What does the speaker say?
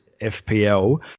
FPL